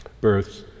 Births